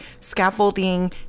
scaffolding